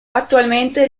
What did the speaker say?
attualmente